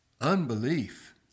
unbelief